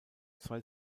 zwei